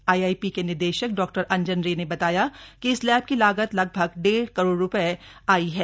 IIP के निदेशक डॉ अंजन रे ने बताया कि इस लैब की लागत लगभग डेढ़ करोड़ रुपये आई है